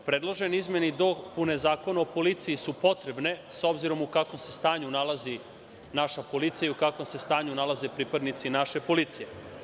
Predložene izmene i dopune Zakona o policiji su potrebne, s obzirom u kakvom se stanju nalazi naša policija i u kakvom se stanju nalaze pripadnici naše policije.